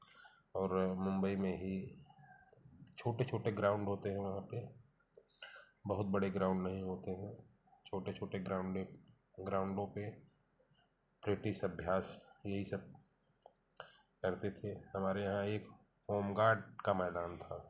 और मुम्बई में ही छोटे छोटे ग्राउंड होते हैं वहाँ पर बहुत बड़े ग्राउंड नहीं होते हैं छोटे छोटे ग्राउंडे ग्राउंडों प्रेटिस अभ्यास यही सब करते थे हमारे यहाँ एक होम गार्ड का मैदान था